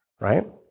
right